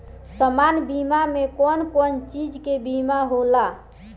सामान्य बीमा में कवन कवन चीज के बीमा होला?